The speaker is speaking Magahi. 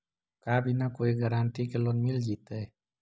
का बिना कोई गारंटी के लोन मिल जीईतै?